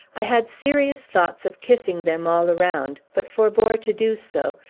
i had serious thoughts of kissing them all round, but forbore to do so,